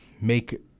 make